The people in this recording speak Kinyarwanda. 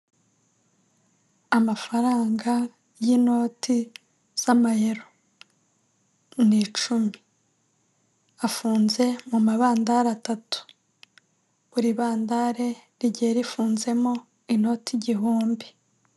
Amafaranga y'inoti z'amayero ni icumi, afunze mu mabandare atatu, buri bandare rigiye rifunzemo inoti igihumbi.